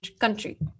country